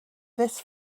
this